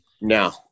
No